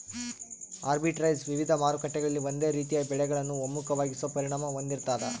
arbitrage ವಿವಿಧ ಮಾರುಕಟ್ಟೆಗಳಲ್ಲಿ ಒಂದೇ ರೀತಿಯ ಬೆಲೆಗಳನ್ನು ಒಮ್ಮುಖವಾಗಿಸೋ ಪರಿಣಾಮ ಹೊಂದಿರ್ತಾದ